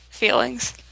feelings